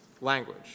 language